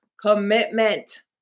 commitment